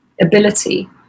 ability